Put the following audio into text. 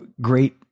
great